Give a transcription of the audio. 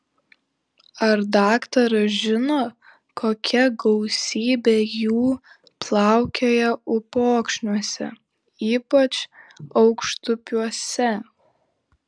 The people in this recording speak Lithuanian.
ar daktaras žino kokia gausybė jų plaukioja upokšniuose ypač aukštupiuose